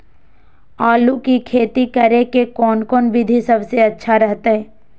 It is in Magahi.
आलू की खेती करें के कौन कौन विधि सबसे अच्छा रहतय?